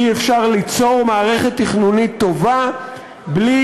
אי-אפשר ליצור מערכת תכנונית טובה בלי